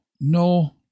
No